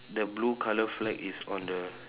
the blue colour flag is on the